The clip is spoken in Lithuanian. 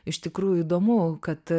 iš tikrųjų įdomu kad